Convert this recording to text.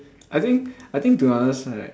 I think I think to us right